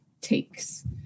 takes